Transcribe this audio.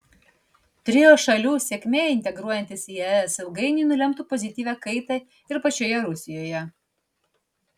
trio šalių sėkmė integruojantis į es ilgainiui nulemtų pozityvią kaitą ir pačioje rusijoje